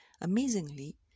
Amazingly